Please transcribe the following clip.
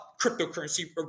cryptocurrency